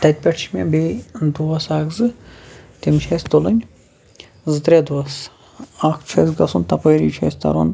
تَتہِ پیٚٹھ چھ مےٚ بیٚیہِ دوس اکھ زٕ تِم چھِ اسہِ تُلٕنۍ زٕ ترےٚ دوس اکھ چھُ اسہِ گَژھُن تَپٲری چھُ اسہِ تَرُن